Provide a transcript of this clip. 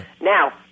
Now